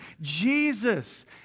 Jesus